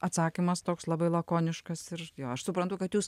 atsakymas toks labai lakoniškas ir jo aš suprantu kad jūs